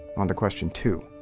on to question two.